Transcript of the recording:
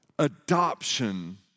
adoption